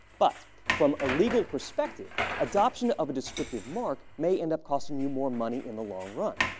but, from a legal perspective, adoption of a descriptive mark may end up costing you more money in the long run.